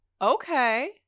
Okay